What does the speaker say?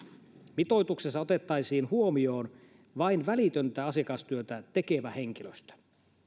mitoituksessa otettaisiin huomioon vain välitöntä asiakastyötä tekevä henkilöstö